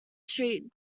street